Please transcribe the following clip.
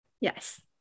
Yes